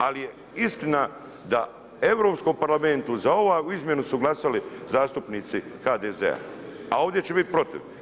Ali je istina da u Europskom parlamentu za ovu izmjenu su glasali zastupnici HDZ-a, a ovdje će biti protiv.